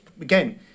again